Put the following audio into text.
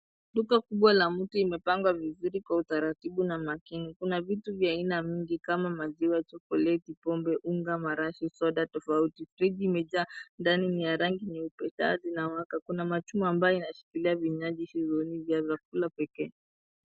Duka kubwa la mtu imepangwa vizuri kwa utaratibu na makini kuna vitu vya aina mingi kama maziwa chokoleti pombe unga marashi soda tofauti kreti imejaa ndani ni ya rangi nyeupe taa zinawaka kuna machuma ambaye inashikilia vinywaji hizo ni vyakula pekee.